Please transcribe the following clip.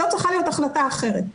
זו החלטה אחרת.